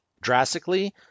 drastically